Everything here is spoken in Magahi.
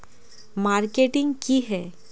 मार्केटिंग की है?